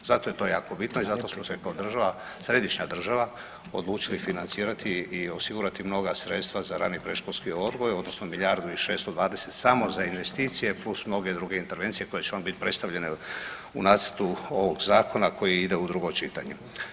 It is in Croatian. Zato je to tako bitno i zato smo se kao država, središnja država odlučili financirati i osigurati mnoga sredstva za rani predškolski odgoj odnosno milijardu 620 samo za investicije plus mnoge druge intervencije koje će vam biti predstavljene u nacrtu ovog zakona koji ide u drugo čitanje.